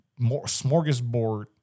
smorgasbord